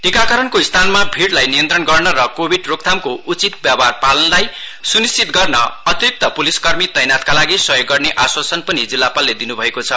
टीकाकरणको स्थानमा भिडलाई नियन्त्रण गर्न र कोभिड रोकथामको उचित व्यवहार पालनलाई सुनुश्चित गर्न अतिरिक्त पुलिस कर्मीहरू तैनातका लागि सहयोग गर्ने आश्वासन पनि जिल्लापालले दिनु भएको छ